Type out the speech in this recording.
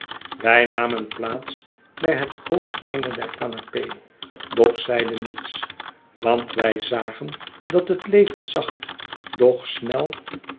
wij nam en plaats bij het hoofdeinde der canape doch zeiden niets want wij zagen dat het leven zacht doch snel